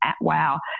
wow